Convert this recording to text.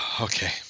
Okay